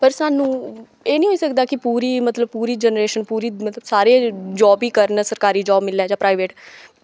पर सानूं एह् निं होई सकदा कि पूरी मतलब पूरी जनरेशन पूरी मतलव सारे जाब ही करन सरकारी जाब मिल्लै जां प्राईवेट